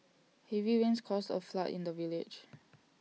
heavy rains caused A flood in the village